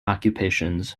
occupations